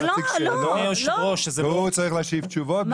זה לא, לא --- הוא צריך להשיב תשובות בלי ויכוח.